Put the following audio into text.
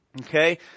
okay